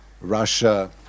Russia